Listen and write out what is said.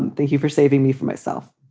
and thank you for saving me for myself.